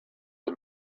and